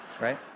right